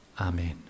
Amen